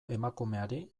emakumeari